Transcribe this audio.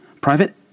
Private